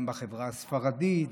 גם בחברה הספרדית,